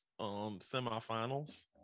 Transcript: semifinals